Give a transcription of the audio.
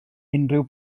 unrhyw